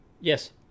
Yes